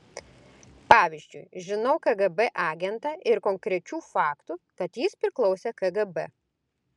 pavyzdžiui žinau kgb agentą ir konkrečių faktų kad jis priklausė kgb